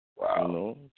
Wow